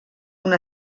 una